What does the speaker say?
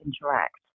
interact